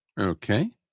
Okay